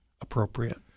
appropriate